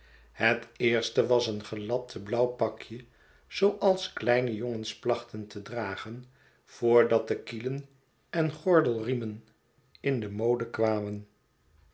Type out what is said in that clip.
het eerste was een gelapt blauw pakje zooals kleine jongens plachten te dragen voordat de kielen en gordelriemen in de mode kwamen